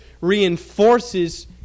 reinforces